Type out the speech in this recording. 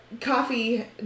coffee